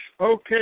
Okay